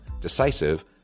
decisive